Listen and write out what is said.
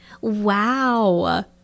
Wow